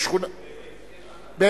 עלי.